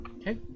Okay